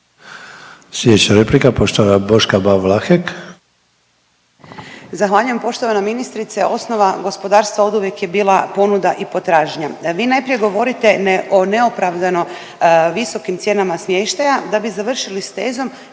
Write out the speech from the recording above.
Slijedeća replika, poštovana Boška Ban Vlahek. **Ban, Boška (SDP)** Zahvaljujem poštovana ministrice. Osnova gospodarstva oduvijek je bila ponuda i potražnja. Vi najprije govorite ne o neopravdano visokim cijenama smještaja da bi završili s tezom